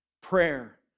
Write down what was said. prayer